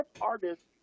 artists